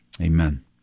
Amen